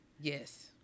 Yes